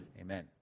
amen